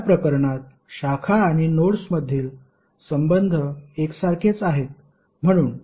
या प्रकरणात शाखा आणि नोडमधील संबंध एकसारखेच आहेत म्हणून